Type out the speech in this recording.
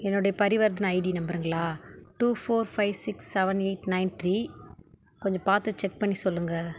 என்னுடைய பரிவர்த்தனை ஐடி நம்பருங்களா two four five six seven eight nine three கொஞ்சம் பார்த்து செக் பண்ணி சொல்லுங்கள்